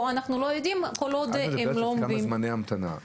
פה אנחנו לא יודעים כל עוד --- את מדברת על כמה זמני ההמתנה,